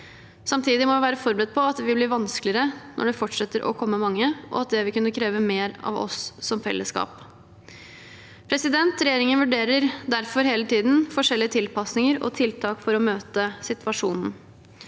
Samtidig må vi være forberedt på at det vil bli vanskeligere når det fortsetter å komme mange, og at det vil kunne kreve mer av oss som fellesskap. Regjeringen vurderer derfor hele tiden forskjellige tilpasninger og tiltak for å møte situasjonen.